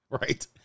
Right